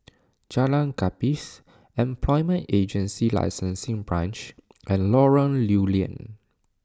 Jalan Gapis Employment Agency Licensing Branch and Lorong Lew Lian